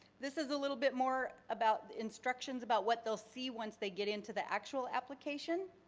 this is a little bit more about instructions about what they'll see once they get into the actual application.